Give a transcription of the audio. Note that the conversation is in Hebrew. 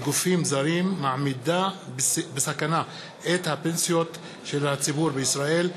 לגופים זרים מעמידה בסכנה את הפנסיות של הציבור בישראל.